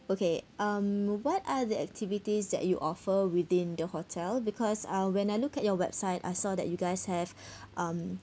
okay um what are the activities that you offer within the hotel because uh when I look at your website I saw that you guys have um